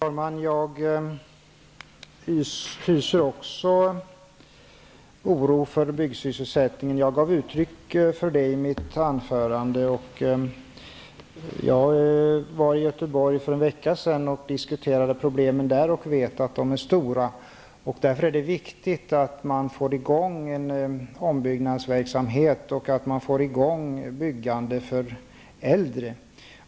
Herr talman! Även jag hyser oro för byggsysselsättningen, vilket jag gav uttryck för i mitt anförande. Jag var i Göteborg för en vecka sedan och diskuterade problemen där, och jag vet att de är stora. Därför är det viktigt att man får i gång ombyggnadsverksamhet och byggande för äldre.